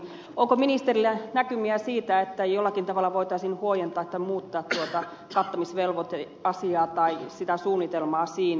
onko ministerillä näkymiä siitä että jollakin tavalla voitaisiin huojentaa tai muuttaa tuota kattamisvelvoiteasiaa tai sitä suunnitelmaa siinä